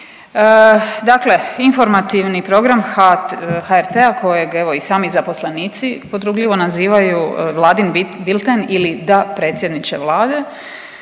Dakle, informativni program HRT-a kojeg evo i sami zaposlenici podrugljivo nazivaju vladin bilten ili da predsjedniče Vlade,